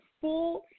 full